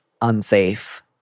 unsafe